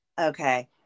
Okay